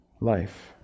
life